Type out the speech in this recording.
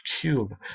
cube